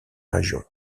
région